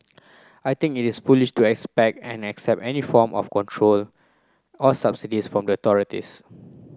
I think it is foolish to expect and accept any form of control or subsidies from the authorities